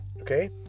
Okay